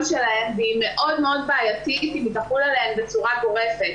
שלהן והיא מאוד מאוד בעייתית אם היא תחול עליהן בצורה גורפת.